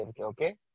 okay